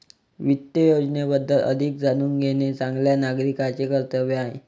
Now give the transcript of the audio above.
वित्त योजनेबद्दल अधिक जाणून घेणे चांगल्या नागरिकाचे कर्तव्य आहे